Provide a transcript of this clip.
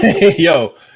Yo